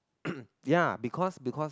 ya because because